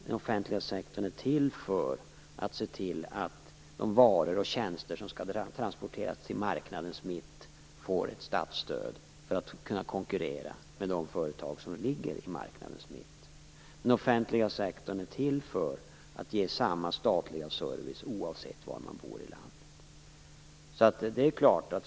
Den offentliga sektorn är till för att se till att de varor och tjänster som skall transporteras till marknadens mitt får statsstöd för att kunna konkurrera med de företag som finns i marknadens mitt. Den offentliga sektorn är till för att ge samma statliga service oavsett var man bor i landet.